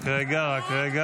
רק רגע.